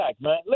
man